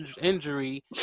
injury